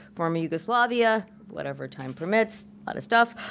former yugoslavia, whatever time permits, lot of stuff,